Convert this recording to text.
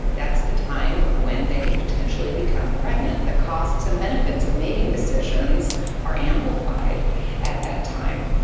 that's the time when they can potentially become pregnant. the costs and benefits of mating decisions are amplified at that time.